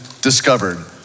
Discovered